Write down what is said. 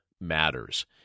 matters